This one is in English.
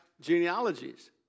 genealogies